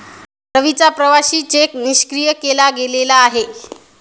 रवीचा प्रवासी चेक निष्क्रिय केला गेलेला आहे